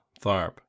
Tharp